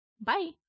Bye